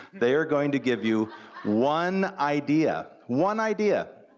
they are going to give you one idea, one idea,